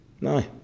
No